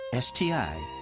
STI